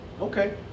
Okay